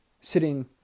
sitting